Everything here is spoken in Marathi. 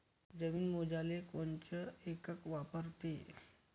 जमीन मोजाले कोनचं एकक वापरते?